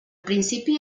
principi